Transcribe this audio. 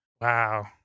Wow